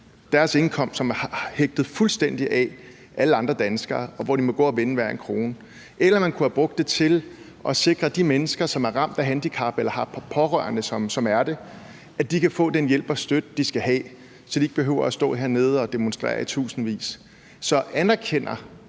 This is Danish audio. Deres indkomst er hægtet fuldstændig af alle andre danskeres, og de må gå og vende hver en krone. Eller man kunne have brugt dem til at sikre, at de mennesker, som er ramt af handicap eller har pårørende, som er det, kunne få den hjælp og støtte, de skal have, så de ikke behøvede at stå hernede og demonstrere i tusindvis. Så anerkender